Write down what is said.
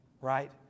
right